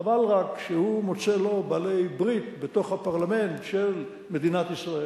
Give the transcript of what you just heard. חבל רק שהוא מוצא לו בעלי-ברית בתוך הפרלמנט של מדינת ישראל,